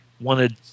wanted